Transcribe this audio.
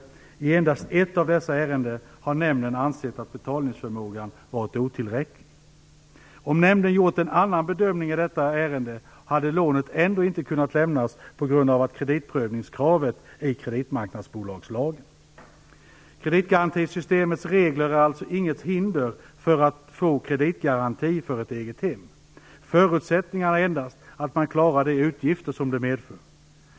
I endast ett av dessa ärenden har nämnden ansett att betalningsförmågan varit otillräcklig. Om nämnden gjort en annan bedömning i detta ärende hade lånet ändå inte kunnat lämnas på grund av kreditprövningskravet i kreditmarknadsbolagslagen. Kreditgarantisystemets regler är alltså inget hinder för att få kreditgaranti för ett eget hem. Förutsättningarna är endast att man klarar de utgifter det medför.